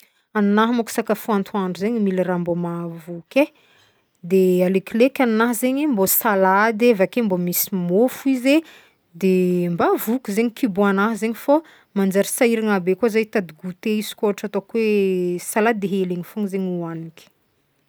Agna mônko sakafo antoandro zegny mila raha mbô mahavoky e de alekileky agnahy zegny mbô salady avake mbô misy môfo izy e de mba voky zegny kibo agnahy zegny fô manjary sahiragna be koa za hitady gote izy koa ohatra ataoko hoe salady hely igny fô zegny hoagniky.